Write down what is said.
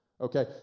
Okay